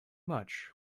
much